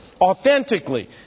authentically